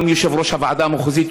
גם יושב-ראש הוועדה המחוזית,